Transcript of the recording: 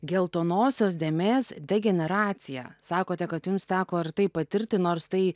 geltonosios dėmės degeneracija sakote kad jums teko ir tai patirti nors tai